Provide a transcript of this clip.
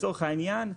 לצורך העניין,